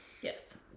Yes